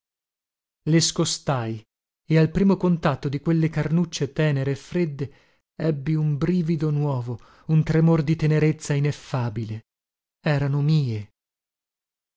le scostai e al primo contatto di quelle carnucce tènere e fredde ebbi un brivido nuovo un tremor di tenerezza ineffabile erano mie